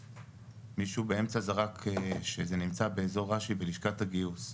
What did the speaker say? מישהו באמצע זרק שזה נמצא באזור רש"י בלשכת הגיוס,